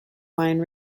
wine